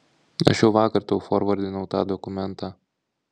aš jau vakar tau forvardinau tą dokumentą